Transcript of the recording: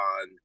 on